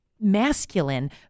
masculine